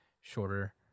shorter